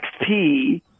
XP